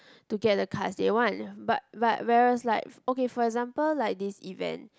to get the cards they want but but whereas like o~ okay for example like this event